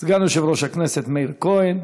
וסגן יושב-ראש הכנסת מאיר כהן.